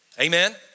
Amen